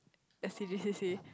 at